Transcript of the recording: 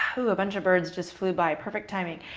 oh, a bunch of birds just flew by. perfect timing.